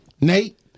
Nate